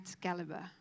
caliber